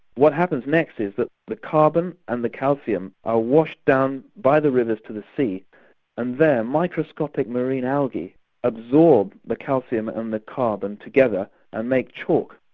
what happens next is that the carbon and the calcium are washed down by the rivers to the sea and there microscopic marine algae absorb the calcium and the carbon together and make chalk,